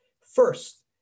First